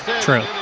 True